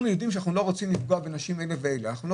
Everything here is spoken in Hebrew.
אנחנו יודעים שאנחנו לא רוצים לפגוע בנשים ואני